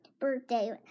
birthday